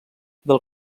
del